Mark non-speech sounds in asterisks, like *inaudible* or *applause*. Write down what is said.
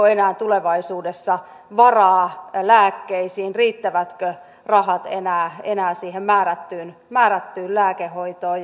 *unintelligible* enää tulevaisuudessa varaa lääkkeisiin riittävätkö rahat enää enää siihen määrättyyn määrättyyn lääkehoitoon *unintelligible*